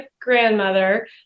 grandmother